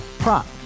Prop